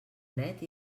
net